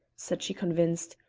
said she convinced.